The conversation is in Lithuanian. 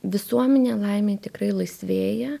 visuomenė laimei tikrai laisvėja